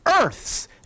Earth's